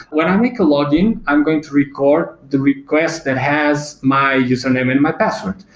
when i make a log-in, i'm going to record the request that has my username and my password,